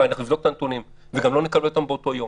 אנחנו נבדוק את הנתונים וגם לא נקבל אותם באותו יום.